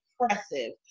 impressive